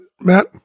Matt